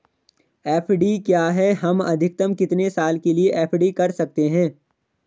FD क्या है हम अधिकतम कितने साल के लिए एफ.डी कर सकते हैं?